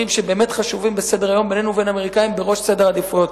שבאמת חשובים בסדר-היום בינינו ובין האמריקנים בראש סדר העדיפויות,